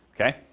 okay